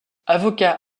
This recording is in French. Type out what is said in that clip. avocat